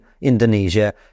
Indonesia